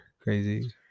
Crazy